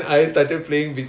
oh